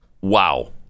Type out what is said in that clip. Wow